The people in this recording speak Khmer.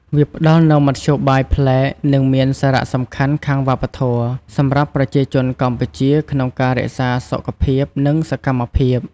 វាផ្តល់នូវមធ្យោបាយ ប្លែក និងមាន សារៈសំខាន់ខាងវប្បធម៌ សម្រាប់ប្រជាជនកម្ពុជាក្នុងការរក្សាសុខភាព និងសកម្មភាព។